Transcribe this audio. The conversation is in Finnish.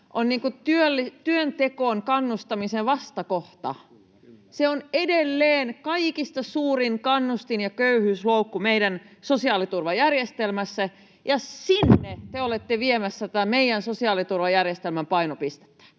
on työntekoon kannustamisen vastakohta. Se on edelleen kaikista suurin kannustin- ja köyhyysloukku meidän sosiaaliturvajärjestelmässä, ja sinne te olette viemässä tätä meidän sosiaaliturvajärjestelmän painopistettä.